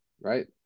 right